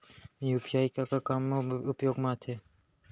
UPI का का काम मा उपयोग मा आथे?